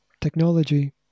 Technology